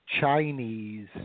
Chinese